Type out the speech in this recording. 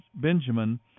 Benjamin